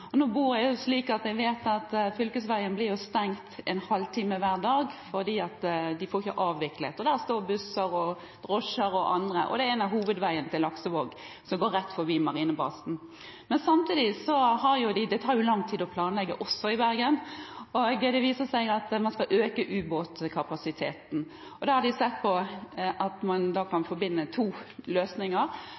Nå bor jeg slik at jeg vet at fylkesveien blir stengt en halv time hver dag, de får ikke avviklet. Der står busser, drosjer og andre kjøretøy – og det er en av hovedveiene til Laksevåg som går rett forbi marinebasen. Men samtidig – det tar lang tid å planlegge også i Bergen – viser det seg at man skal øke ubåtkapasiteten. Man har sett på at man kan forbinde to løsninger,